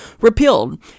repealed